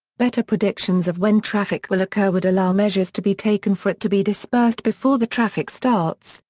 better predictions of when traffic will occur would allow measures to be taken for it to be dispersed before the traffic starts,